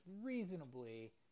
reasonably